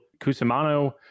Cusimano